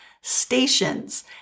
stations